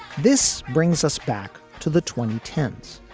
this brings us back to the twenty ten s.